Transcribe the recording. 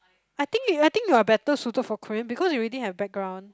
I think you I think you're better suited for Korean because you already have background